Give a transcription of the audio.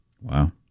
Wow